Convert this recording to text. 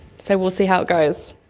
so we'll see how it goes.